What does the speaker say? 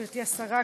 גברתי השרה,